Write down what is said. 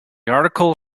article